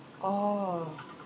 orh